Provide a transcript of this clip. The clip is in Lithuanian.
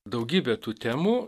daugybė tų temų